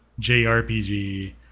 jrpg